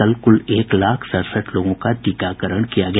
कल कुल एक लाख सड़सठ लोगों का टीकाकरण किया गया